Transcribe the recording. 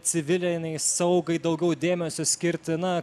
civilinei saugai daugiau dėmesio skirti na